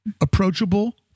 approachable